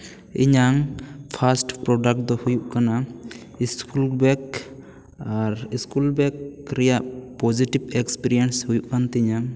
ᱤᱧᱟᱝ first product ᱫᱚ ᱦᱩᱭᱩᱜ ᱠᱟᱱᱟ ᱤᱥᱠᱩᱞ ᱵᱮᱜᱽ ᱟᱨ ᱤᱥᱠᱩᱞ ᱵᱮᱠᱨᱮᱭᱟᱜ ᱯᱚᱡᱤᱴᱤᱵᱽ ᱮᱠᱥᱯᱮᱨᱤᱭᱮᱥ ᱦᱩᱭᱩᱜ ᱠᱟᱱ ᱛᱤᱧᱟᱹ